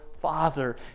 Father